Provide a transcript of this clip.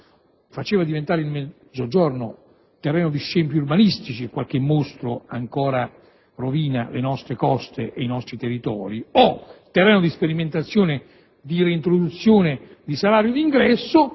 faceva diventare il Mezzogiorno terreno di scempi urbanistici (e qualche mostro ancora rovina le nostre coste e i nostri territori), o terreno di sperimentazione della reintroduzione del salario d'ingresso.